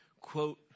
quote